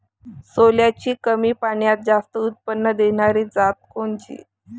सोल्याची कमी पान्यात जास्त उत्पन्न देनारी जात कोनची?